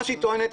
מה שהיא טוענת,